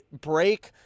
break